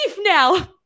now